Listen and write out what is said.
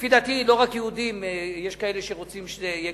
לדעתי לא רק יהודים רוצים שתהיה כשרות,